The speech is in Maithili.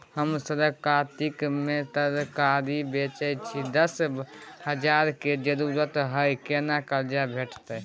हम सरक कातिक में तरकारी बेचै छी, दस हजार के जरूरत हय केना कर्जा भेटतै?